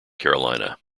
carolina